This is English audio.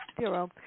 Zero